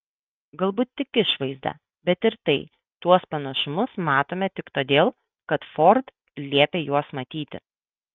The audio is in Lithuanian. galbūt tik išvaizdą bet ir tai tuos panašumus matome tik todėl kad ford liepė juos matyti